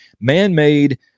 man-made